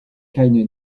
keine